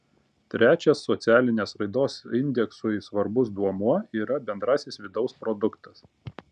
trečias socialinės raidos indeksui svarbus duomuo yra bendrasis vidaus produktas